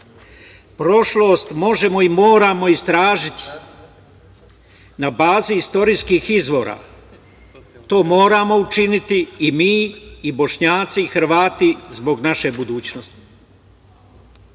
Prošlost možemo i moramo istražiti na bazi istorijskih izvora. To moramo učiniti i mi i Bošnjaci i Hrvati zbog naše budućnosti. Kada